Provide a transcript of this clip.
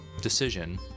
decision